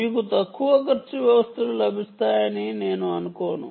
మీకు తక్కువ ఖర్చు వ్యవస్థలు లభిస్తాయని నేను అనుకోను